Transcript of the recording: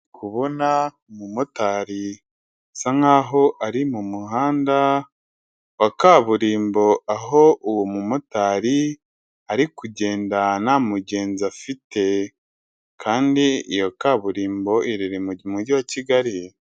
Kubona umumotari asa nkaho ari mu muhanda wa kaburimbo, aho uwo mumotari, ari kugendana mugenzi afite. Kandi iyo kaburimbo iri mu mujyi wa Kigali.